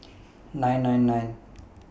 nine nine nine